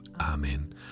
Amen